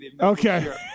Okay